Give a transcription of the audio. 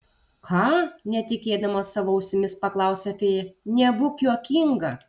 ką netikėdama savo ausimis paklausė fėja nebūk juokinga